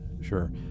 sure